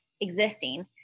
existing